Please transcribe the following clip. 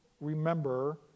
remember